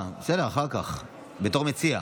בסדר, אחר כך, בתור מציע.